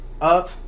up